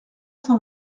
cent